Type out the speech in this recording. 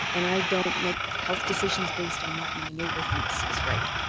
and i don't make health decisions based on what my neighbour thinks is right.